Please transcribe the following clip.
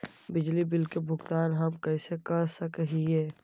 बिजली बिल के भुगतान हम कैसे कर सक हिय?